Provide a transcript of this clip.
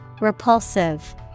Repulsive